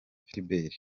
philbert